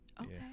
Okay